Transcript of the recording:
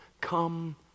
come